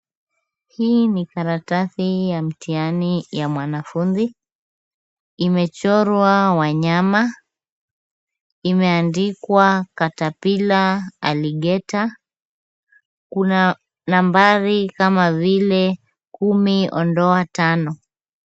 Hii ni karatasi ya mtihani ya mwanafunzi. Imechorwa wanyama. Imeandika caterpillar alligator . Kuna nambari kama vile kumi ondoa tano.